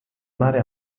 mare